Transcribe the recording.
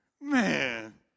Man